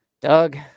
doug